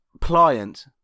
pliant